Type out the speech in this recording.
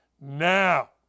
now